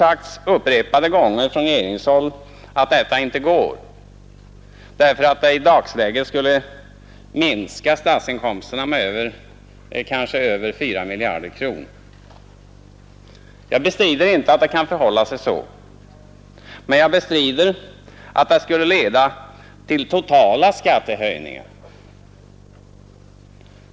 Det har upprepade gånger sagts från regeringshåll att detta inte går därför att det i dagsläget skulle minska statsinkomsterna med kanske över 4 miljarder kronor. Jag bestrider inte att det kan förhålla sig så, men jag bestrider att det skulle leda till totala skattehöjningar.